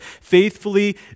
faithfully